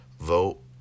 vote